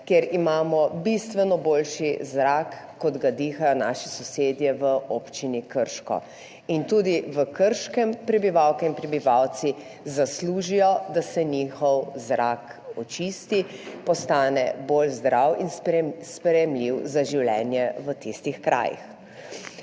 kjer imamo bistveno boljši zrak, kot ga dihajo naši sosedje v občini Krško. In tudi v Krškem si prebivalke in prebivalci zaslužijo, da se njihov zrak očisti, postane bolj zdrav in sprejemljiv za življenje v tistih krajih.